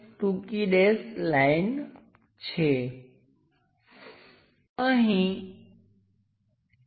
તેનો અર્થ એ કે તે દિશામાં ત્યાં સર્કલ જેવું કંઈક હોવું જોઈએ પરંતુ તે દિશામાં નહીં